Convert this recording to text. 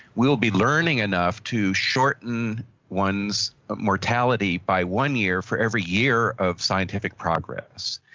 we'll be learning enough to shorten one's mortality by one year for every year of scientific progress.